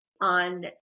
on